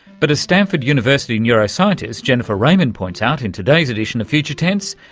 but as stanford university neuroscientist jennifer raymond points out in today's edition of future tense,